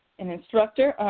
an instructor,